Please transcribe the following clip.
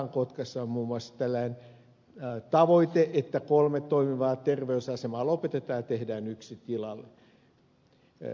kotkassa on muun muassa tällainen tavoite että kolme toimivaa terveysasemaa lopetetaan ja tehdään yksi tilalle